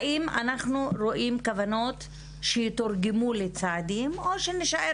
האם אנחנו רואים כוונות שיתורגמו לצעדים או שנישאר